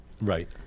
Right